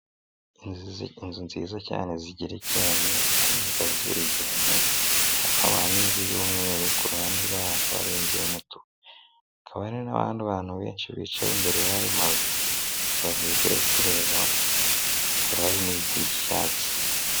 Inzu nziza cyane zigerekeranye kandi zikaba zegeranye, hakaba n'inzu y'umweru, kuruhande rwayo hakaba hari inzu y'umutuku, hakaba hari n'abandi bantu benshi bicaye imbere y'ayo mazu bahebwe kureba, hakaba hari n'ibiti by'icyatsi.